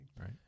Right